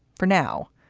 for now,